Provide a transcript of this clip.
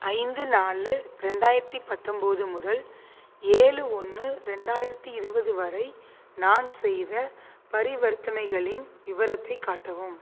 ஐந்து நாலு ரெண்டாயிரத்தி பத்தொம்போது முதல் ஏழு ஒன்று ரெண்டாயிரத்தி இருபது வரை நான் செய்த பரிவர்த்தனைகளின் விவரத்தை காட்டவும்